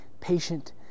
patient